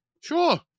Sure